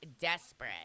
desperate